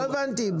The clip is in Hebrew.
לא הבנתי.